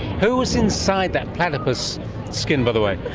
who was inside that platypus skin, by the way?